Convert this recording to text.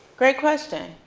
great question.